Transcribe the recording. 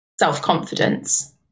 self-confidence